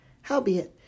howbeit